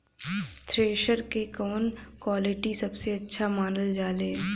Thresher के कवन quality सबसे अच्छा मानल जाले?